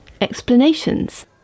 explanations